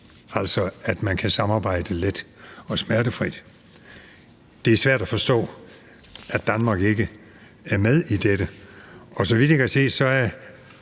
altså at man kan samarbejde let og smertefrit. Det er svært at forstå, at Danmark ikke er med i dette, og så vidt jeg kan se, er